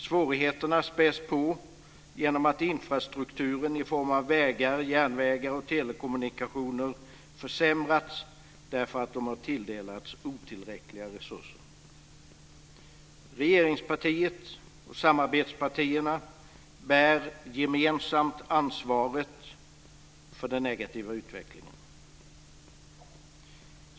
Svårigheterna späs på genom att infrastrukturen i form av vägar, järnvägar och telekommunikation försämrats därför att de har tilldelats otillräckliga resurser. Regeringspartiet och samarbetspartierna bär gemensamt ansvaret för den negativa utvecklingen.